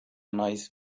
nice